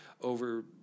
over